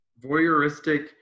voyeuristic